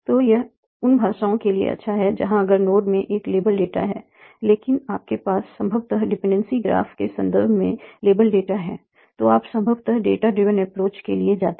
तो यह उन भाषाओं के लिए अच्छा है जहाँ अगर नोड में एक लेबल डेटा है लेकिन आपके पास संभवतः डिपेंडेंसी ग्राफ़ के संदर्भ में लेबल डेटा है तो आप संभवतः डेटा ड्रिवन अप्रोच के लिए जाते हैं